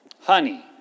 honey